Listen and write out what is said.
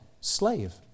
slave